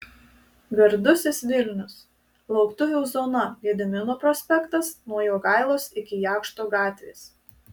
gardusis vilnius lauktuvių zona gedimino prospektas nuo jogailos iki jakšto gatvės